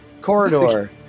Corridor